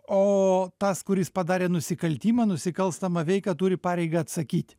o tas kuris padarė nusikaltimą nusikalstamą veiką turi pareigą atsakyti